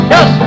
Yes